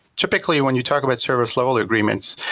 typically when you talk about service level agreements,